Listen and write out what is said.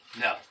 No